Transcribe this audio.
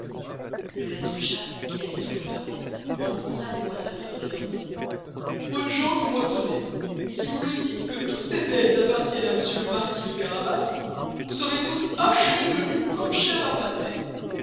le maistre chat qui alloit toûjours devant rencontra des moissonneurs et leur dit bonnes gens qui moissonnez si vous ne dites que tous ces blez appartiennent à monsieur le marquis de carabas vous serez tous hachez menu comme chair